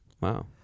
Wow